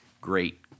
great